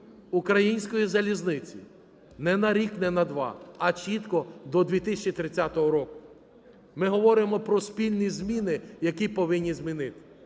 "Української залізниці" не на рік, не на два, а чітко до 2030 року. Ми говоримо про спільні зміни, які повинні змінити.